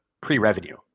pre-revenue